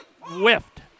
whiffed